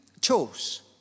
chose